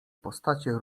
postacie